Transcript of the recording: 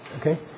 Okay